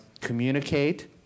Communicate